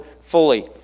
fully